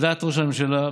על דעת ראש הממשלה,